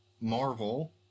Marvel